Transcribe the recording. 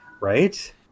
Right